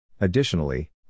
Additionally